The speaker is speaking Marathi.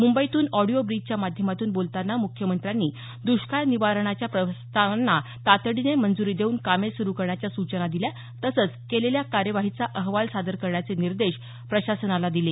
मुंबईतून ऑडिओ ब्रिजच्या माध्यमातून बोलतांना मुख्यमंत्र्यांनी दुष्काळ निवारणाच्या प्रस्तावांना तातडीने मंजुरी देऊन कामे सुरू करण्याच्या सूचना दिल्या तसंच केलेल्या कार्यवाहीचा अहवाल सादर करण्याचे निर्देश प्रशासनाला दिले